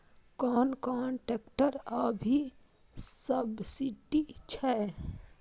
कोन कोन ट्रेक्टर अभी सब्सीडी छै?